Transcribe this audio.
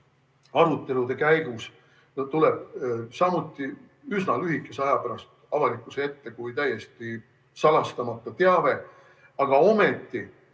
arutelude käigus tuleb samuti üsna lühikese aja pärast avalikkuse ette kui täiesti salastamata teave. Aga ometi